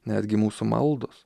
netgi mūsų maldos